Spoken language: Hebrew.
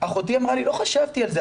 אחותי אמרה לי 'לא חשבתי על זה,